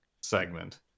segment